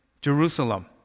Jerusalem